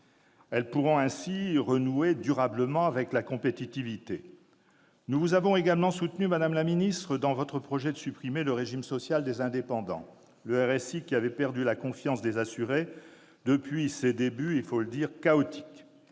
pourront ainsi renouer durablement avec la compétitivité. Nous vous avons également soutenue, madame la ministre, dans votre projet de supprimer le régime social des indépendants, le RSI, qui avait perdu la confiance des assurés depuis ses débuts, il faut le dire, chaotiques.